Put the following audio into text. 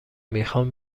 میخوام